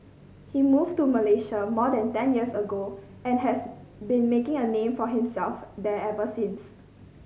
he moved to Malaysia more than ten years ago and has been making a name for himself there ever since